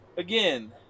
Again